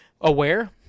aware